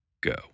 Go